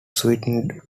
sweetened